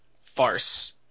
farce